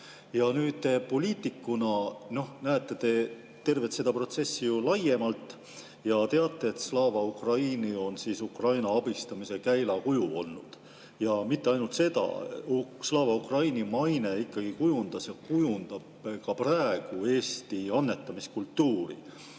Poliitikuna näete te tervet seda protsessi laiemalt ja teate, et Slava Ukraini on Ukraina abistamise käilakuju olnud. Ja mitte ainult seda. Slava Ukraini maine kujundas ja kujundab ka praegu Eesti annetamiskultuuri.